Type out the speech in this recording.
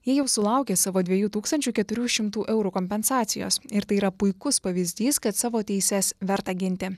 jie jau sulaukė savo dviejų tūkstančių keturių šimtų eurų kompensacijos ir tai yra puikus pavyzdys kad savo teises verta ginti